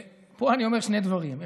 ופה אני אומר שני דברים.